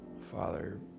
Father